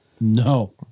No